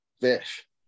fish